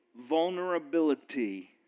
vulnerability